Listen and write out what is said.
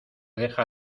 deja